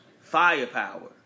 firepower